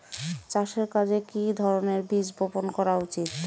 চাষের কাজে কি ধরনের বীজ বপন করা উচিৎ?